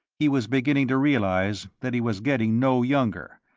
he was beginning to realize that he was getting no younger,